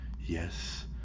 yes